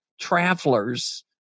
travelers